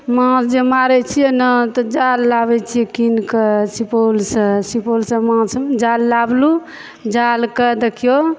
माँछ जे मारै छियै ने तऽ जाल लाबै छियै किन कऽ सुपौलसँ सुपौलसँ माँछ जाल लाबलु जालके देखियौ